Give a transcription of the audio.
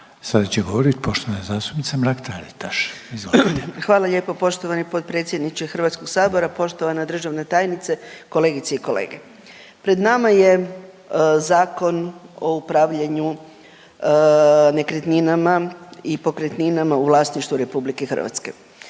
Taritaš. Izvolite. **Mrak-Taritaš, Anka (GLAS)** Hvala lijepo poštovani potpredsjedniče Hrvatskog sabora. Poštovana državna tajnice, kolegice i kolege. Pred nama je Zakon o upravljanju nekretninama i pokretninama u vlasništvu RH. Ne tako